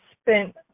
spent